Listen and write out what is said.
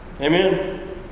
Amen